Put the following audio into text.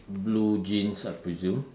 blue jeans I presume